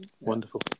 wonderful